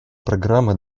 программы